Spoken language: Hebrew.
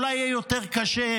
אולי יהיה יותר קשה,